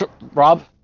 Rob